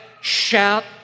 shout